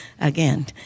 again